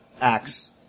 acts